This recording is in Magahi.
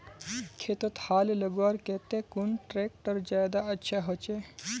खेतोत हाल लगवार केते कुन ट्रैक्टर ज्यादा अच्छा होचए?